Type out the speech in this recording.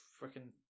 freaking